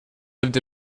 lived